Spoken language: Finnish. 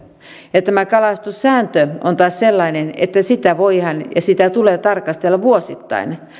ja tämä kalastussääntö on taas sellainen että sitä voidaan ja sitä tulee tarkastella vuosittain